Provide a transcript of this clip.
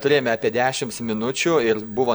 turėjome apie dešims minučių ir buvo